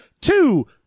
two